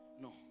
No